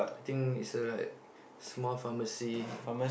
I think it's a like small pharmacy